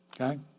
Okay